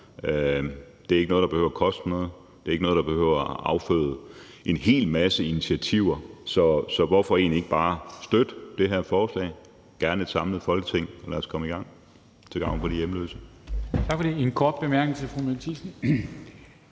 Det er ikke noget, der behøver at koste noget. Det er ikke noget, der behøver at afføde en hel masse initiativer. Så hvorfor egentlig ikke bare støtte det her forslag, gerne et samlet Folketing? Lad os komme i gang til gavn for de hjemløse.